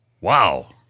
Wow